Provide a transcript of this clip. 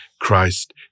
Christ